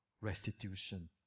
restitution